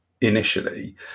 initially